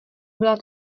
byla